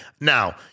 Now